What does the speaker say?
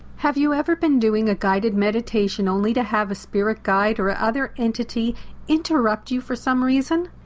have you ever been doing a guided meditation only to have a spirit guide or ah other entity interrupt you for some reason?